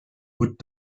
would